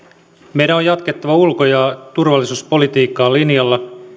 meidän on jatkettava ulko ja turvallisuuspolitiikkaa linjalla